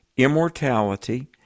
Immortality